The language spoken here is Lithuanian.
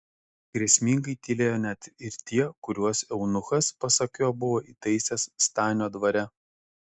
grėsmingai tylėjo net ir tie kuriuos eunuchas pasak jo buvo įtaisęs stanio dvare